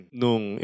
nung